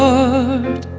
Lord